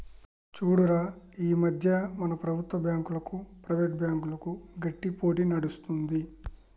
చూడురా ఈ మధ్య మన ప్రభుత్వం బాంకులకు, ప్రైవేట్ బ్యాంకులకు గట్టి పోటీ నడుస్తుంది